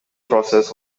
process